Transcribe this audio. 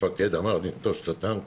המפקד אמר לנטוש את הטנק.